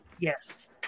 Yes